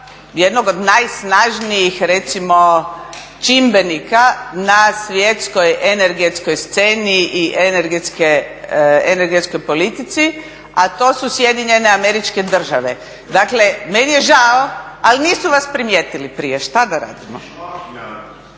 jednog od najsnažnijih čimbenika na svjetskoj energetskoj sceni i energetskoj politici, a to su SAD. Dakle meni je žao ali nisu vas primijetili prije, šta da radimo.